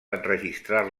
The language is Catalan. enregistrar